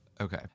Okay